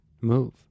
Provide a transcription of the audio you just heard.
move